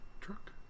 truck